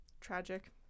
Tragic